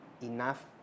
enough